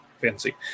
fancy